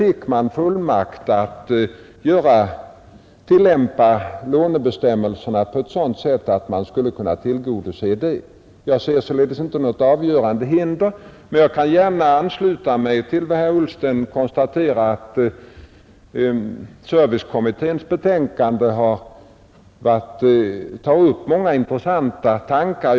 Jag ser alltså inte något avgörande hinder mot att skjuta på behandlingen av frågan, men jag kan gärna ansluta mig till herr Ullstens uppfattning att servicekommitténs betänkande inrymmer många intressanta tankar.